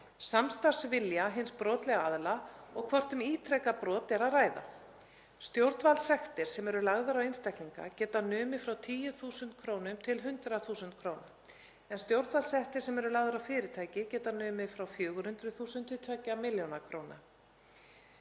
samstarfsvilja hins brotlega aðila og hvort um ítrekað brot er að ræða. Stjórnvaldssektir sem eru lagðar á einstaklinga geta numið frá 10.000 kr. til 100.000 kr. en stjórnvaldssektir sem eru lagðar á fyrirtæki geta numið frá 400.000 kr.